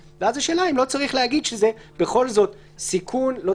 השאלה היא האם לא צריך להגיד שזה בכל זאת סיכון כמובן,